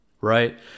right